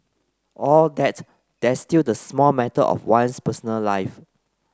all that there's still the small matter of one's personal life